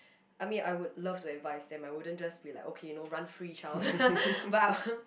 I mean I would love to advise them I wouldn't just be like okay you know run free child but I want